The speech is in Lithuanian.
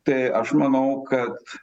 tai aš manau kad